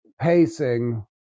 pacing